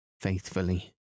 faithfully